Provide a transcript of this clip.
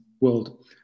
world